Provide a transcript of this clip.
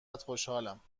خوشحالم